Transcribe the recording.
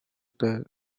death